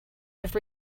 have